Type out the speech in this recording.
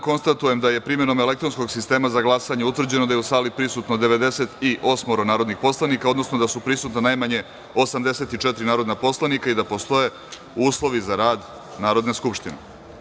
Konstatujem da je primenom elektronskog sistema za glasanje utvrđeno da je u sali prisutno 98 narodnih poslanika, odnosno da su prisutna najmanje 84 narodna poslanika i da postoje uslovi za rad Narodne skupštine.